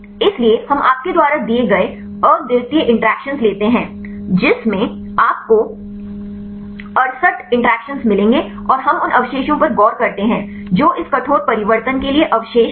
इसलिए हम आपके द्वारा दिए गए अद्वितीय इंटरैक्शन लेते हैं जिसमें आपको 68 इंटरैक्शन मिलेंगे और हम उन अवशेषों पर गौर करते हैं जो इस कठोर परिवर्तन के लिए अवशेष हैं